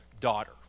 daughter